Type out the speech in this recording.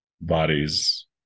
bodies